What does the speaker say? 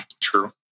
True